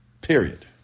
Period